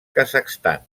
kazakhstan